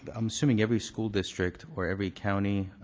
i'm assuming every school district or every county